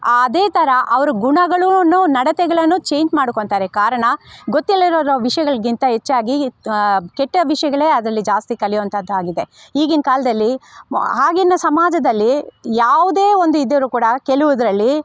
ಅದೇ ಥರ ಅವ್ರ ಗುಣಗಳನ್ನೂ ನಡತೆಗಳನ್ನೂ ಚೇಂಜ್ ಮಾಡ್ಕೊಳ್ತಾರೆ ಕಾರಣ ಗೊತ್ತಿಲ್ಲದೇ ಇರೋರ ವಿಷಯಗಳಿಗಿಂತ ಹೆಚ್ಚಾಗಿ ಕೆಟ್ಟ ವಿಷಯಗಳೇ ಅದರಲ್ಲಿ ಜಾಸ್ತಿ ಕಲಿಯುವಂಥದ್ದಾಗಿದೆ ಈಗಿನ ಕಾಲದಲ್ಲಿ ಆಗಿನ ಸಮಾಜದಲ್ಲಿ ಯಾವುದೇ ಒಂದು ಇದ್ದರೂ ಕೂಡ ಕೆಲವುದ್ರಲ್ಲಿ